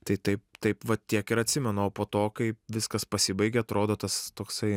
tai taip taip va tiek ir atsimenu o po to kai viskas pasibaigė atrodo tas toksai